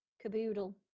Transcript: Caboodle